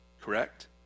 Correct